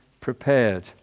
prepared